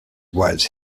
was